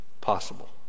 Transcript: possible